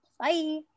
bye